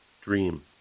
Dream